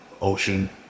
ocean